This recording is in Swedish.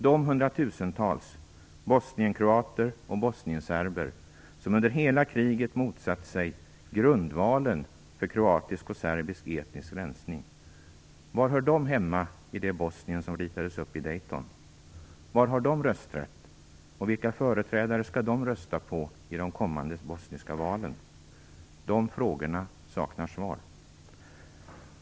De hundratusentals bosnienkroater och bosnienserber som under hela kriget motsatt sig grundvalen för kroatisk och serbisk etnisk rensning - var hör de hemma i det Bosnien som ritades upp i Dayton? Var har de rösträtt, och vilka företrädare skall de rösta på i de kommande bosniska valen? De frågorna saknar svar.